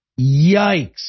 Yikes